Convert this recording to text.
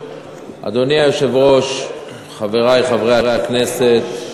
אדוני היושב-ראש, חברי חברי הכנסת,